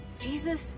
Jesus